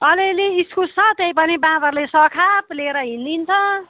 अलिअलि इस्कुस छ त्यही पनि बाँदरले सखाप लिएर हिँडिदिन्छ